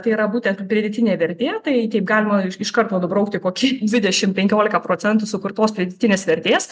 tai yra būtent pridėtinė vertė tai taip galima iš karto nubraukti kokį dvidešim penkiolika procentų sukurtos pridėtinės vertės